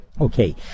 Okay